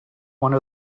one